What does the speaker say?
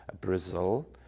Brazil